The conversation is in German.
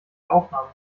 aufnahme